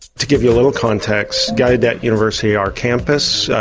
to give you a little context, gallaudet university, our campus,